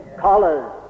collars